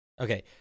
Okay